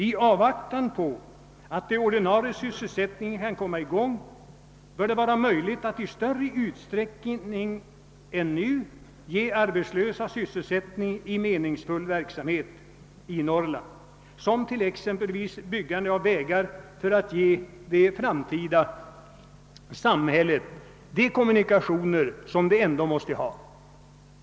I avvaktan på att den ordinarie sysselsättningen kan komma i gång bör det vara möjligt att i större utsträckning än nu ge arbetslösa sysselsättning i meningsfull verksamhet i Norrland, exempelvis byggande av vägar för att ge det framtida samhället de kommunikationer som det ändå måste ha.